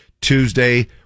Tuesday